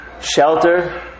shelter